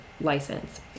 license